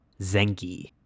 Zengi